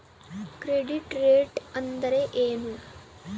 Credit rate ಅಂದರೆ ಏನು?